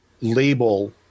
label